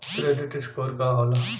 Credit score का होला?